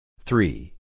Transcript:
Three